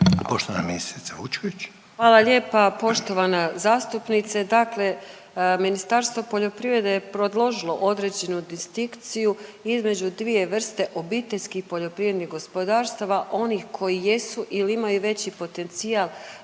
**Vučković, Marija (HDZ)** Hvala lijepa. Poštovana zastupnice dakle Ministarstvo poljoprivrede je predložilo određenu distinkciju između dvije vrste obiteljskih poljoprivrednih gospodarstava onih koji jesu ili imaju veći potencijal